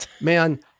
Man